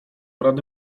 rady